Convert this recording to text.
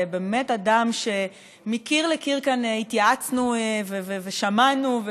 אדם שמקיר לקיר כאן התייעצנו ושמענו,